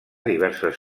diverses